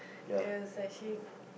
it was actually